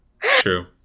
true